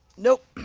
nope.